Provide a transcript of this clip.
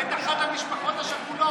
את אחת המשפחות השכולות.